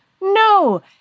No